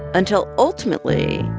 until ultimately,